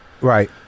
Right